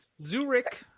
Zurich